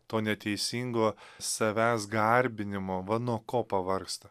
to neteisingo savęs garbinimo va nuo ko pavargsta